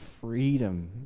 freedom